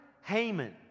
Haman